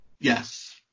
Yes